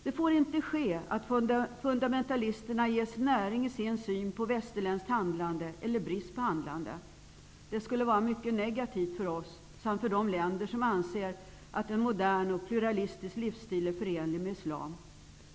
Det får inte ske att fundamentalisterna ges näring i sin syn på västerländskt handlande eller brist på handlande. Det skulle vara mycket negativt för oss samt för de länder som anser att en modern och pluralistisk livsstil är förenlig med islam.